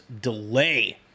delay